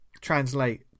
translate